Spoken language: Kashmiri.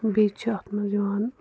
بیٚیہِ چھِ اَتھ منٛز اِوان